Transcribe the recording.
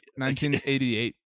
1988